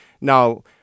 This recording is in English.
Now